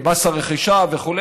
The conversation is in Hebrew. מס הרכישה וכו',